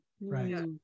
right